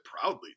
proudly